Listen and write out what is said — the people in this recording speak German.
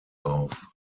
auf